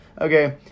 Okay